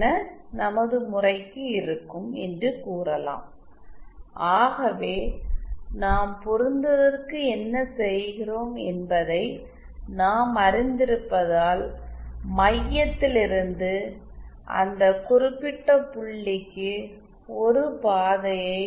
என நமது முறைக்கு இருக்கும் என்று கூறலாம் ஆகவே நாம் பொருத்துவதற்கு என்ன செய்கிறோம் என்பதை நாம் அறிந்திருப்பதால் மையத்திலிருந்து அந்த குறிப்பிட்ட புள்ளிக்கு ஒரு பாதையை